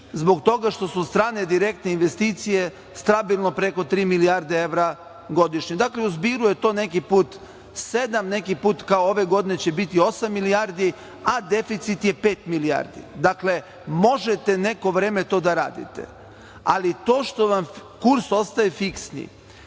zbog toga što su strane direktne investicije stabilno preko tri milijarde evra godišnje. Dakle, u zbiru je to neki put sedam, neki put kao ove godine osam milijardi, a deficit je pet milijardi. Dakle, možete neko vreme to da radite, ali to što vam kurs ostaje fiksni,